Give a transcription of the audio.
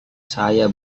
saya